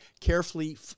carefully